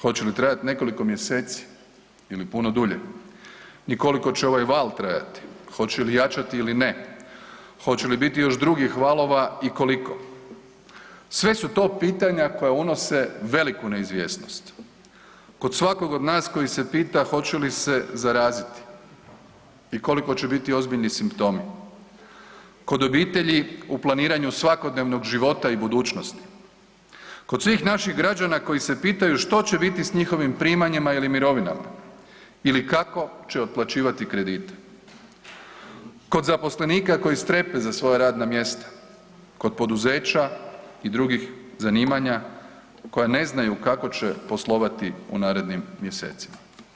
Hoće li trajati nekoliko mjeseci ili puno dulje i koliko će ovaj val trajati, hoće li jačati ili ne, hoće li biti još drugih valova i koliko, sve su to pitanja koja unose veliku neizvjesnost kod svakog od nas koji se pita hoće li se zaraziti i koliko će biti ozbiljni simptomi, kod obitelji u planiranju svakodnevnog života i budućnosti, kod svih naših građana koji se pitaju što će biti s njihovim primanjima ili mirovinama ili kako će otplaćivati kredite, kod zaposlenika koji strepe za svoja radna mjesta, kod poduzeća i drugih zanimanja koja ne znaju kako će poslovati u narednim mjesecima.